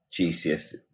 GCs